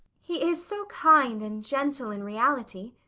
he is so kind and gentle in reality.